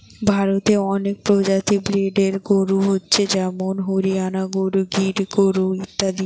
ভারতে অনেক প্রজাতির ব্রিডের গরু হচ্ছে যেমন হরিয়ানা গরু, গির গরু ইত্যাদি